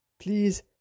Please